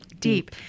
Deep